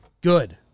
Good